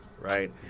Right